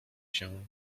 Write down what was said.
się